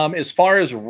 um as far as